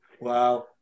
Wow